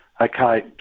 Okay